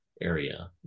Area